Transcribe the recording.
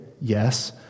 yes